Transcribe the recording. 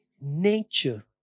nature